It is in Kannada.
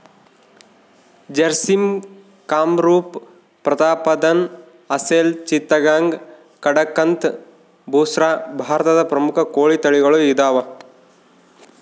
ಜರ್ಸಿಮ್ ಕಂರೂಪ ಪ್ರತಾಪ್ಧನ್ ಅಸೆಲ್ ಚಿತ್ತಗಾಂಗ್ ಕಡಕಂಥ್ ಬುಸ್ರಾ ಭಾರತದ ಪ್ರಮುಖ ಕೋಳಿ ತಳಿಗಳು ಇದಾವ